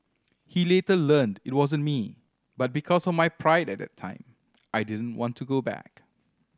he later learned it wasn't me but because of my pride at the time I didn't want to go back